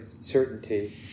certainty